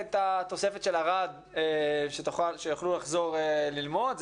את התוספת של ערד שיוכלו לחזור ללמוד.